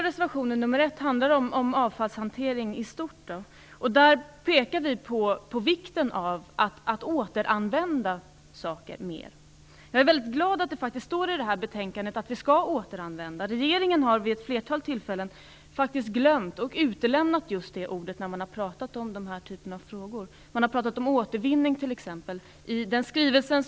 Reservation 1 handlar om avfallshantering i stort. I den pekar vi på vikten av att återanvända saker i större utsträckning. Jag är väldigt glad över att det faktiskt står i detta betänkande att vi skall återanvända. Regeringen har vid ett flertal tillfällen faktiskt glömt detta och utelämnat just detta ord när den har talat om denna typ av frågor. Man har talat om t.ex. återvinning.